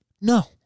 No